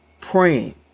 praying